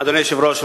אדוני היושב-ראש,